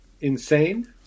insane